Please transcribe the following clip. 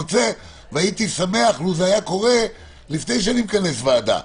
הייתי שמח לו זה היה קורה לפני שאני מכנס ועדה,